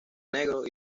negro